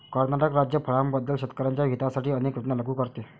कर्नाटक राज्य फळांबद्दल शेतकर्यांच्या हितासाठी अनेक योजना लागू करते